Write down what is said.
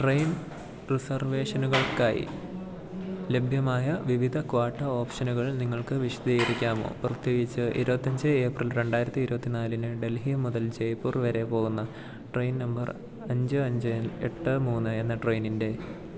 train റിസർവേഷനുകൾക്കായി ലഭ്യമായ വിവിധ ക്വാട്ട ഓപ്ഷനുകൾ നിങ്ങൾക്ക് വിശദീകരിക്കാമോ പ്രത്യേകിച്ച് ഇരുപത്തിയഞ്ച് ഏപ്രിൽ രണ്ടായിരത്തിയിരുപത്തിന്നാലിന് ഡൽഹി മുതൽ ജയ്പൂർ വരെ പോകുന്ന ട്രെയിൻ നമ്പർ അഞ്ച് അഞ്ച് എട്ട് മൂന്ന് എന്ന ട്രെയിനിൻറെ